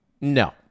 no